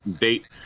date